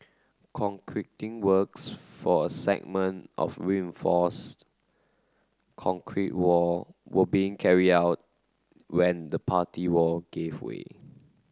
concreting works for a segment of reinforced concrete wall were being carry out when the party wall gave way